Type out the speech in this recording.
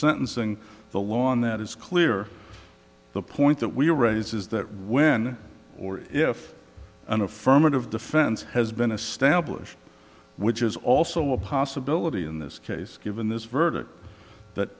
sentencing the law on that is clear the point that we raise is that when or if an affirmative defense has been established which is also a possibility in this case given this verdict that